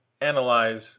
analyze